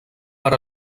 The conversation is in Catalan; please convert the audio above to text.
per